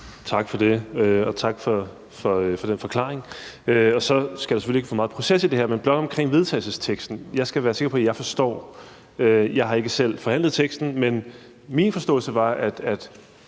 Tak for det. Og tak for den forklaring. Og så skal der selvfølgelig ikke komme for meget proces i det her, men blot hvad angår vedtagelsesteksten, skal jeg være sikker på, at jeg forstår det. Jeg har ikke selv forhandlet teksten, men min forståelse var, at